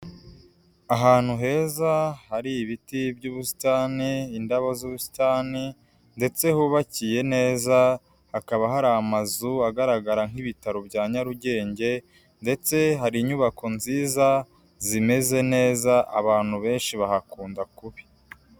Ahantu heza hari ibiti by'ubusitani, indabo z'ubusitani ndetse hubakiye neza, hakaba hari amazu agaragara nk'ibitaro bya Nyarugenge ndetse hari inyubako nziza zimeze neza, abantu benshi bahakunda kubi.